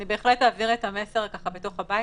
אני בהחלט אעביר את המסר בתוך הבית.